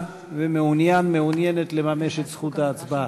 ומעוניין או מעוניינת לממש את זכות ההצבעה?